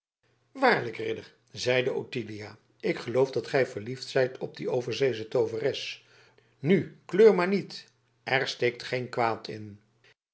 waarlijk ridder zeide ottilia ik geloof dat gij verliefd zijt op die overzeesche tooveres nu kleur maar niet er steekt geen kwaad in